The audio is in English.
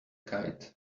kite